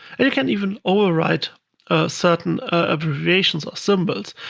and you can even override certain abbreviations or symbols.